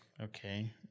okay